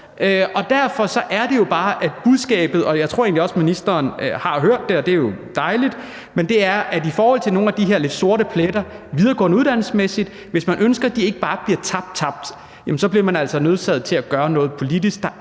Derfor er det jo bare, at budskabet – og jeg tror egentlig også, at ministeren har hørt det, og det er jo dejligt – er: I forhold til nogle af de her lidt sorte pletter med hensyn til videregående uddannelser er det sådan, at hvis man ønsker, at de ikke bare bliver tabt tabt, så bliver man altså nødsaget til at gøre noget politisk,